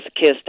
kissed